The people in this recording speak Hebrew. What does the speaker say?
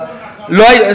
לכיוון,